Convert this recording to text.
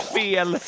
fel